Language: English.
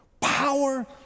power